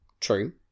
True